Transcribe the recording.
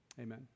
amen